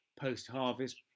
post-harvest